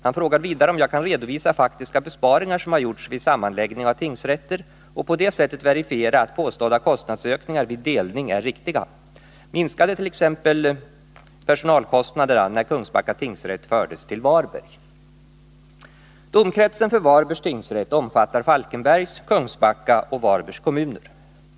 Han frågar vidare om jag kan redovisa faktiska besparingar som har gjorts vid sammanläggning av tingsrätter och på det sättet verifiera att påstådda kostnadsökningar vid delning är riktiga. Minskade t.ex. personalkostnaderna när Kungsbacka tingsrätt fördes till Varberg? Domkretsen för Varbergs tingsrätt omfattar Falkenbergs, Kungsbacka och Varbergs kommuner.